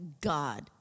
God